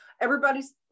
Everybody's